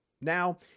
Now